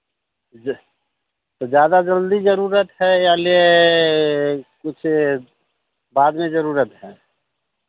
तो ज़्यादा जल्दी ज़रूरत है या ले कुछ बाद में ज़रूरत है